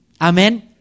Amen